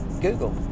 Google